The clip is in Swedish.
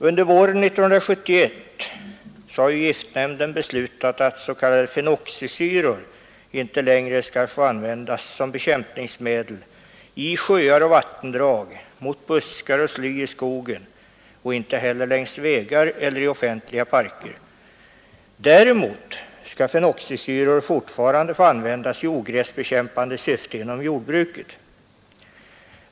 Under våren 1971 har giftnämnden beslutat att s.k. fenoxisyror inte längre skall få användas som bekämpningsmedel i sjöar och vattendrag, mot buskar och sly i skogen och inte heller längs vägar eller i offentliga parker. Däremot skall fenoxisyror fortfarande få användas i ogräsbekämpande syfte inom jordbruket.